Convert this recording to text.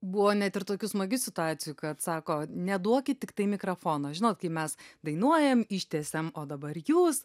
buvo net ir tokių smagių situacijų kad sako neduokit tiktai mikrafono žinot kai mes dainuojam ištiesiam o dabar jūs